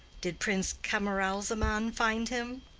did prince camaralzaman find him?